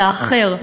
לאחר.